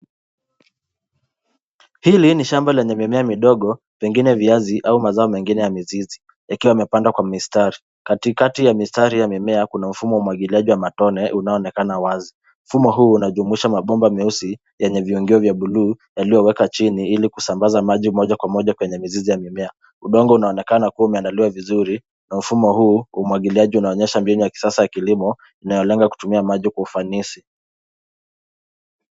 Hili ni shamba lenye mimea midogo, pengine viazi au mazao mengine ya mizizi, yakiwa yamepandwa kwa mistari. Katikati ya mistari ya mimea kuna mfumo umwagiliaji wa matone, unaonekana wazi. Mfumo huu unajumuisha mabomba meusi, yenye viungio vya bluu, yaliyoweka chini ili kusambaza maji moja kwa moja kwenye mizizi ya mimea. Udongo unaonekana kuwa umeandaliwa vizuri, na mfumo huu wa umwagiliaji unaoonyesha mbinu ya kisasa ya kilimo, inayolenga kutumia maji kwa ufanisi.